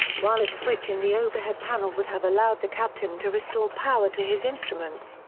while a switch in the overhead panel would have allowed the captain to restore power to his instruments,